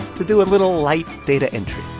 to do a little light data entry